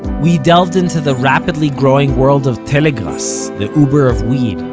we delved into the rapidly growing world of telegrass, the uber of weed,